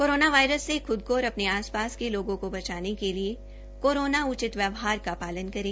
corona virus से ख्द को और अपने आस पास के लोगों को बचाने के लिए कोरोना उचित व्यवहार का पालन करें